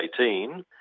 2018